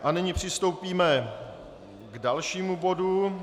A nyní přistoupíme k dalšímu bodu.